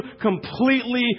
completely